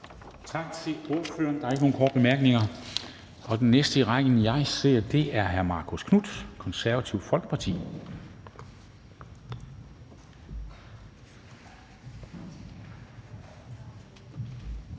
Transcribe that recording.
Tak til ordføreren. Der er ikke nogen korte bemærkninger. Og den næste i rækken, jeg kan se i salen, er hr. Marcus Knuth, Det Konservative Folkeparti.